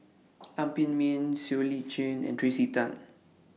Lam Pin Min Siow Lee Chin and Tracey Tan